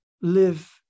live